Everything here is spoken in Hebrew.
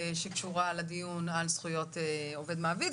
שקשורה לדיון על זכויות עובד מעביד,